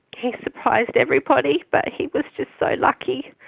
he's surprised everybody, but he was just so lucky.